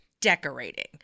Decorating